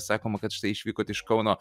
sakoma kad štai išvykot iš kauno